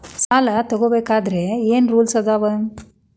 ಸಾಲ ತಗೋ ಬೇಕಾದ್ರೆ ಏನ್ ರೂಲ್ಸ್ ಅದಾವ?